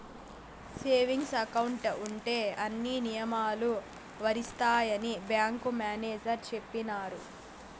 saving account ఉంటే అన్ని నియమాలు వర్తిస్తాయని బ్యాంకు మేనేజర్ చెప్పినారు